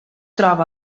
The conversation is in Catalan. troba